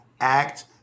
act